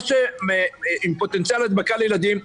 מה שעם פוטנציאל הדבקה לילדים,